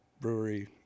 brewery